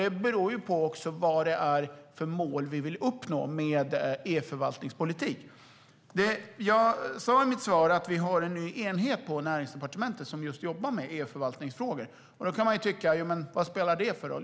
Det beror också på vad det är för mål vi vill uppnå med e-förvaltningspolitik. Jag sa i mitt svar att vi har en ny enhet på Näringsdepartementet som arbetar med just e-förvaltningsfrågor. Vad spelar det för roll, kan man fråga.